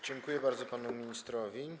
Dziękuję bardzo panu ministrowi.